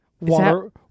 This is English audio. Water